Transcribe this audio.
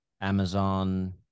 Amazon